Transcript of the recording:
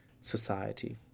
society